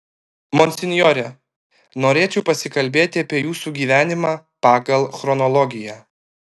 monsinjore norėčiau pasikalbėti apie jūsų gyvenimą pagal chronologiją